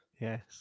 Yes